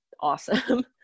awesome